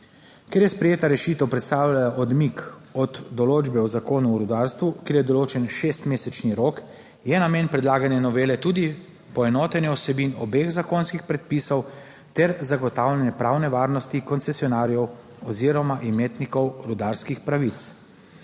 32. TRAK: (VP) 16.35 (nadaljevanje) določbe v Zakonu o rudarstvu, kjer je določen šestmesečni rok, je namen predlagane novele tudi poenotenje vsebin obeh zakonskih predpisov ter zagotavljanje pravne varnosti koncesionarjev oziroma imetnikov rudarskih pravic.